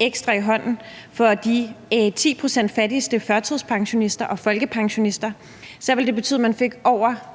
ekstra i hånden. For de 10 pct. fattigste førtidspensionister og folkepensionister ville det betyde, at man fik over